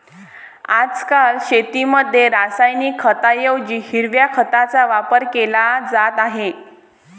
आजकाल शेतीमध्ये रासायनिक खतांऐवजी हिरव्या खताचा वापर केला जात आहे